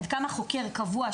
עד כמה חוקר קבוע,